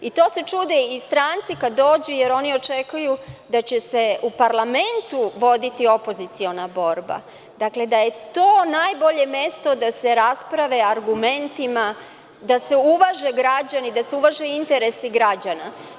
To se čude i stranci kada dođu, jer oni očekuju da će se u parlamentu voditi opoziciona borba i da je to najbolje mesto da se rasprave argumentima, da se uvaže građani, da se uvaže interesi građana.